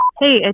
Hey